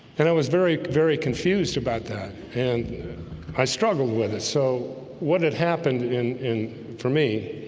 and i was very very confused about that and i struggled with it so what had happened in in for me?